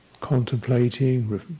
contemplating